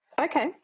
Okay